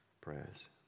prayers